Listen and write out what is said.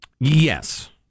Yes